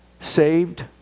saved